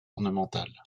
ornementales